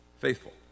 faithful